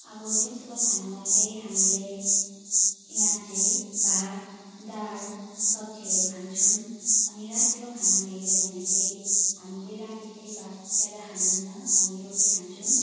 अब दिउँसोको खानामा चाहिँ हामीले यहाँ चाहिँ भात दाल सब्जीहरू खान्छौँ अनि रातिको खानामा हेर्यो भने चाहिँ हामीले राति चाहिँ भात ज्यादा खादिनौँ हामी रोटी खान्छौँ